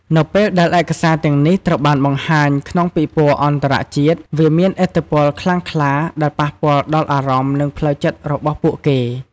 នៅពេលដែលឯកសារទាំងនេះ ត្រូវបានបង្ហាញក្នុងពិព័រណ៍អន្តរជាតិ វាមានឥទ្ធិពលខ្លាំងក្លាដែលប៉ះពាល់់ដល់អារម្មណ៍ និងផ្លូវចិត្តរបស់ពួកគេ។